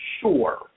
Sure